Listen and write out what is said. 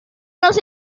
nos